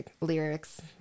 lyrics